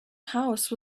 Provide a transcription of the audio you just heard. house